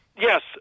Yes